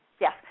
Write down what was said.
Yes